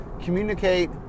communicate